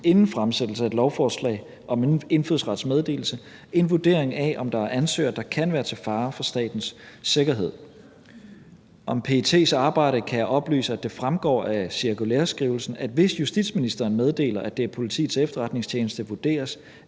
inden fremsættelse af et lovforslag om indfødsrets meddelelse en vurdering af, om der er ansøgere, der kan være til fare for statens sikkerhed. Om PET's arbejde kan jeg oplyse, at det fremgår af cirkulæreskrivelsen, at hvis justitsministeren meddeler, at det af Politiets Efterretningstjeneste vurderes,